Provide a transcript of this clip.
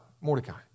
Mordecai